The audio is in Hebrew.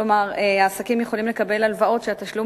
כלומר העסקים יכולים לקבל הלוואות שהתשלום